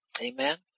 Amen